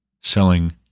selling